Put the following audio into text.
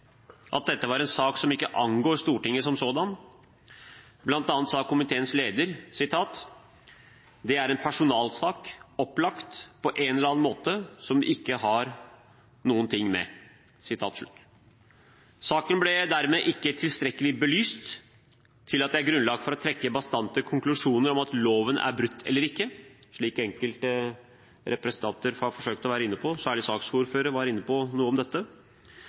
at dette var en sak som ikke angår Stortinget som sådant. Komiteens leder sa bl.a.: «Det er en personalsak, opplagt, på en eller annen måte, som ikke vi har noen ting med.» Saken ble dermed ikke tilstrekkelig belyst til at det er grunnlag for å trekke bastante konklusjoner om hvorvidt loven er brutt eller ikke, slik enkelte representanter har vært inne på – særlig saksordføreren var inne på noe om dette.